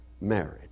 married